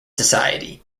society